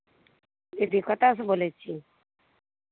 दीदी कतयसँ बोलै छी